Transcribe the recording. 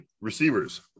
receivers